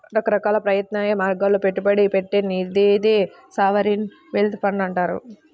రకరకాల ప్రత్యామ్నాయ మార్గాల్లో పెట్టుబడి పెట్టే నిధినే సావరీన్ వెల్త్ ఫండ్లు అంటారు